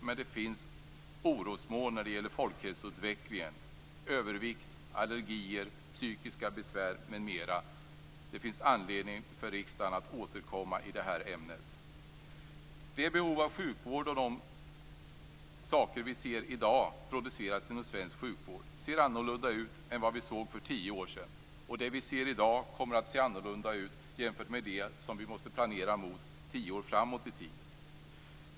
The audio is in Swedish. Men det finns orosmoln när det gäller folkhälsoutvecklingen - övervikt, allergier, psykiska besvär, m.m. Det finns anledning för riksdagen att återkomma i detta ämne. Det behov av sjukvård och de saker som vi i dag ser produceras inom svensk sjukvård ser annorlunda ut än för tio år sedan. Och det som vi ser i dag kommer att se annorlunda ut jämfört med det som vi måste planera för tio år framåt i tiden.